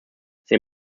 they